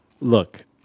look